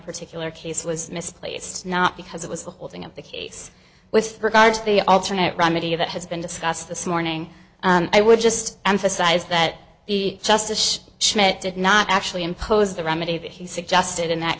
particular case was misplaced not because it was the holding of the case with regard to the alternate remedy that has been discussed the smarting i would just emphasize that the justice schmidt did not actually impose the remedy that he suggested in that